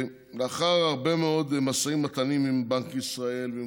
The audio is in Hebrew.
לאחר הרבה מאוד משאים ומתנים עם בנק ישראל ועם